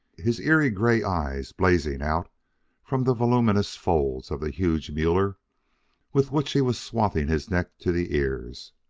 his eerie gray eyes blazing out from the voluminous folds of the huge mueller with which he was swathing his neck to the ears.